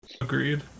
Agreed